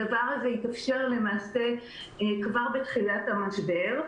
הדבר הזה התאפשר כבר בתחילת המשבר.